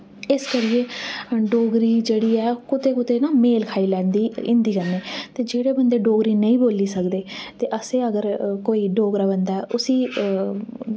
इस करियै डोगरी जेह्ड़ी ऐ कुते कुते ना मेल खाई लैंदी हिन्दी कन्नै ते जेह्ड़े बंदे डोगरी नेईं बोली सकदे ते असैं अगर कोई डोगरा बंदा ऐ उस्सी